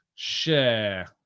Share